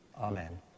Amen